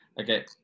Okay